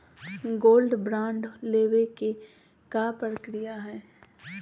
Gold bond लेवे के का प्रक्रिया हई?